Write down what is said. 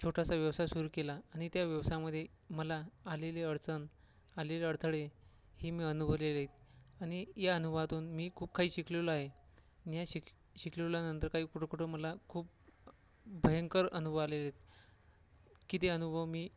छोटासा व्यवसाय सुरू केला आणि त्या व्यवसायामध्ये मला आलेली अडचण आलेले अडथळे हे मी अनुभवलेले आणि या अनुभवातून मी खूप काही शिकलेलो आहे या शिक शिकलेल्या नंतर काही कुठंकुठं मला खूप भयंकर अनुभव आलेले आहेत की ते अनुभव मी